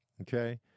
okay